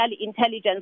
intelligence